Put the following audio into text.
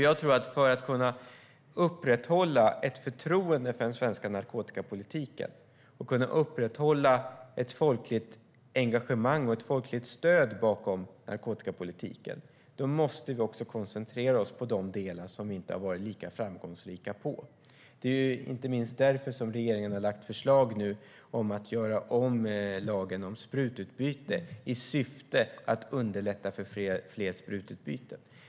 Jag tror att för att kunna upprätthålla ett förtroende för den svenska narkotikapolitiken och ett folkligt engagemang för och stöd bakom narkotikapolitiken måste vi koncentrera oss på de delar där vi inte har varit lika framgångsrika. Det är inte minst därför som regeringen nu har lagt förslag på att göra om lagen om sprututbyte i syfte att underlätta för fler sprututbyten.